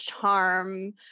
charm